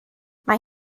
mae